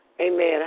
amen